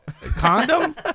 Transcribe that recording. Condom